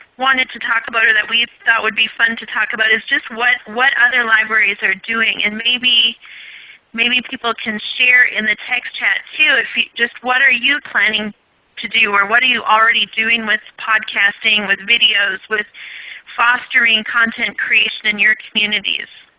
wanted to talk about or that we thought would be fun to talk about is just what what other libraries are doing. and maybe maybe people can share in the text chat too, just what are you planning to do, or what are you already doing with podcasting, with videos, with fostering content creation in your communities?